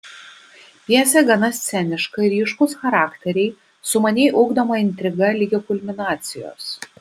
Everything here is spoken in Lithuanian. pjesė gana sceniška ryškūs charakteriai sumaniai ugdoma intriga ligi kulminacijos